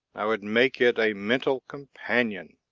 i would make it a mental companion.